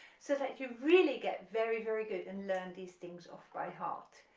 so that you really get very very good and learn these things off by heart.